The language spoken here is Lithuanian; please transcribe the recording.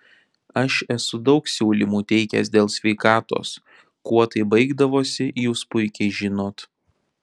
aš esu daug siūlymų teikęs dėl sveikatos kuo tai baigdavosi jūs puikiai žinot